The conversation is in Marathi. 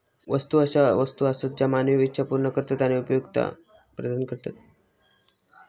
वस्तू अशा वस्तू आसत ज्या मानवी इच्छा पूर्ण करतत आणि उपयुक्तता प्रदान करतत